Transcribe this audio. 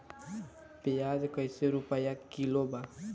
प्याज कइसे रुपया किलो बा?